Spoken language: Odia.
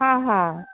ହଁ ହଁ